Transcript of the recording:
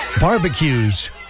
Barbecues